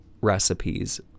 recipes